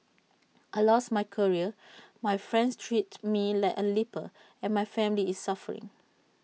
I lost my career my friends treat me like A leper and my family is suffering